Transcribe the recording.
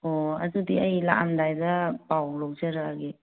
ꯑꯣ ꯑꯗꯨꯗꯤ ꯑꯩ ꯂꯥꯛꯑꯝꯗꯥꯏꯗ ꯄꯥꯎ ꯂꯧꯖꯔꯛꯑꯒꯦ